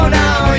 now